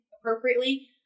appropriately